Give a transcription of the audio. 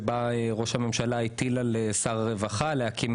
בה ראש הממשלה הטיל על שר הרווחה להקים